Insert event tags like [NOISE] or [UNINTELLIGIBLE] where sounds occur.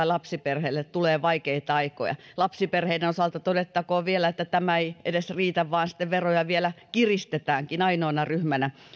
[UNINTELLIGIBLE] lapsiperheelle tulee vaikeita aikoja lapsiperheiden osalta todettakoon vielä että tämä ei edes riitä vaan sitten veroja vielä kiristetäänkin ainoana ryhmänä